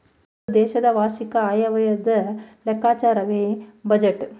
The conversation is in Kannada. ಒಂದು ದೇಶದ ವಾರ್ಷಿಕ ಆಯವ್ಯಯದ ಲೆಕ್ಕಾಚಾರವೇ ಬಜೆಟ್